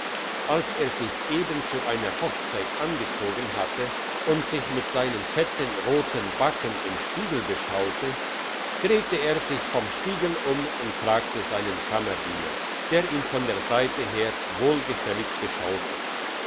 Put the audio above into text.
als er sich eben zu einer hochzeit angezogen hatte und sich mit seinen fetten roten backen im spiegel beschaute dreht er sich vom spiegel um und fragt seinen kammerdiener der ihn von der seite her wohlgefällig beschaute